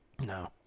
no